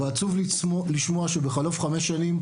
ועצוב לשמוע שבחלוף חמש שנים,